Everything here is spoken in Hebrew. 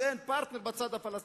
שאין פרטנר בצד הפלסטיני,